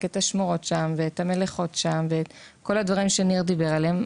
את השמורות שם ואת המלחות שם ואת כל הדברים שניר דיבר עליהם,